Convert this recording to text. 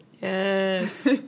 Yes